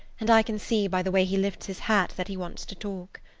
and i can see, by the way he lifts his hat, that he wants to talk.